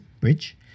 Bridge